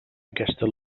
aquesta